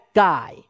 guy